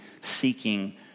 seeking